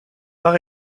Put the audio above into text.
par